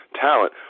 talent